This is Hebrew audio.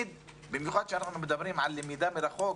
במיוחד כאשר אנחנו מדברים על למידה מרחוק,